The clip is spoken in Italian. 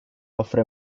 offre